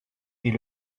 est